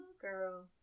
girl